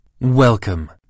Welcome